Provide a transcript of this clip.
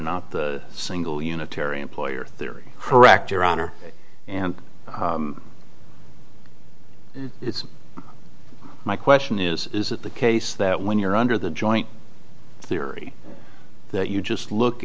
not the single unitary employer theory correct your honor and it's my question is is it the case that when you're under the joint theory that you just look